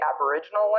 aboriginal